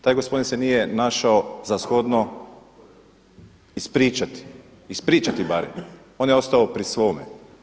Taj gospodin se nije našao za shodno ispričati, ispričati bar, on je ostao pri svome.